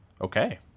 Okay